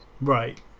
Right